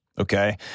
okay